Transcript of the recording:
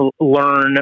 learn